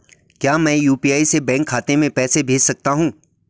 क्या मैं यु.पी.आई से बैंक खाते में पैसे भेज सकता हूँ?